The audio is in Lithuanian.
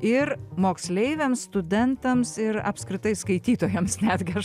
ir moksleiviams studentams ir apskritai skaitytojams netgi aš